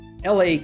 LA